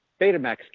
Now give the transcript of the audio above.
Betamax